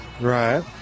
Right